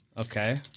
Okay